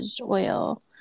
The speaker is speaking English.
oil